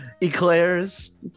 Eclairs